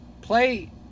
play